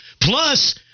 Plus